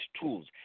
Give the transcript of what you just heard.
tools